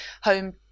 Home